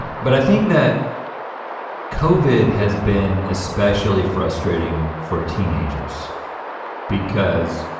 but i think that covid has been especially frustrating for teenagers because,